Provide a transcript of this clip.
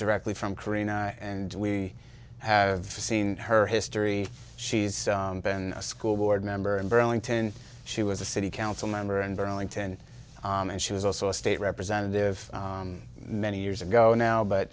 directly from kareena and we have seen her history she's been a school board member in burlington she was a city council member and burlington and she was also a state representative many years ago now but